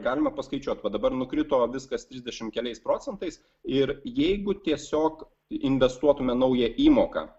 galima paskaičiuot va dabar nukrito viskas trisdešimt keliais procentais ir jeigu tiesiog investuotume naują įmoką